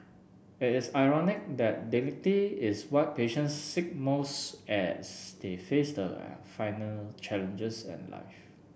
it is ironic that dignity is what patients seek most as they face their final challenges in life